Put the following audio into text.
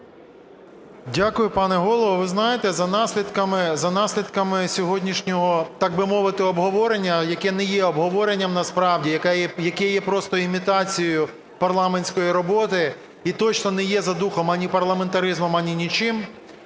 Дякую, пане Голово. Ви знаєте, за наслідками сьогоднішнього так би мовити обговорення, яке не є обговоренням насправді, яке є просто імітацією парламентської роботи, і точно не є за духом ані парламентаризмом, ані нічим,